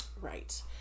Right